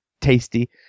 tasty